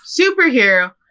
superhero